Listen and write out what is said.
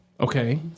Okay